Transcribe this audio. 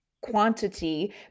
quantity